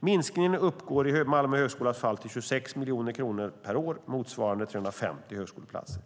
Minskningen uppgår i Malmö högskolas fall till 26 miljoner kronor per år, eller motsvarande 350 högskoleplatser.